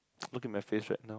look at my face right now